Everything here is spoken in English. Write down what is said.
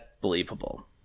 believable